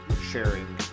sharing